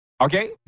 Okay